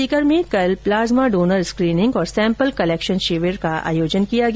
सीकर में कल plasma donor screening और सैम्पल कलेक्शन शिविर का आयोजन किया गया